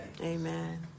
Amen